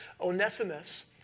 Onesimus